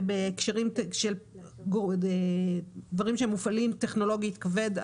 ובהקשרים של דברים שמופעלים טכנולוגית בצורה כבדה,